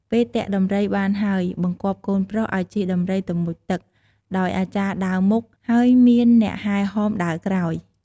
ពេលទាក់ដំរីបានហើយ បង្គាប់កូនប្រុសឲជិះដំរីទៅមុជទឹក ដោយអាចារ្យដើរមុខ ហើយមានអ្នកហែហមដើរក្រោយ។